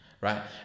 right